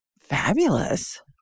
Fabulous